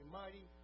mighty